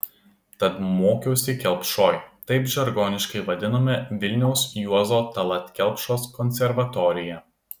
tad mokiausi kelpšoj taip žargoniškai vadinome vilniaus juozo tallat kelpšos konservatoriją